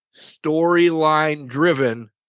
storyline-driven